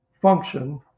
function